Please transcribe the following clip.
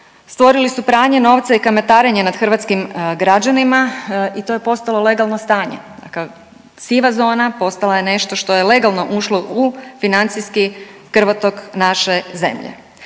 stvorili su pranje novca i kamatarenje nad hrvatskim građanima i to je postalo legalno stanje, dakle siva zona postala je nešto što je legalno ušlo u financijski krvotok naše zemlje.